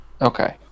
Okay